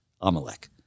Amalek